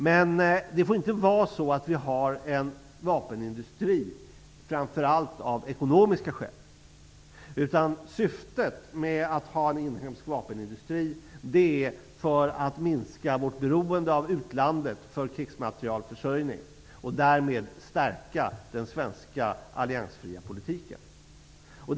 Men det får inte vara så att vi har en vapenindustri framför allt av ekonomiska skäl, utan syftet med att ha en inhemsk vapenindustri är att minska vårt beroende av utlandet för krigsmaterielförsörjning och därmed stärka den svenska alliansfria politiken.